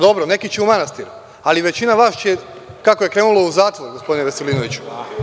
Dobro, neki će u manastir, ali većina vas će kako je krenulo u zatvor, gospodine Veselinoviću.